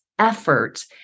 effort